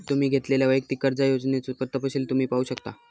तुम्ही घेतलेल्यो वैयक्तिक कर्जा योजनेचो तपशील तुम्ही पाहू शकता